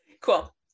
cool